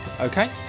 Okay